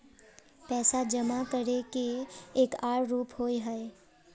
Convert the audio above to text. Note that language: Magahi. पैसा जमा करे के एक आर रूप होय है?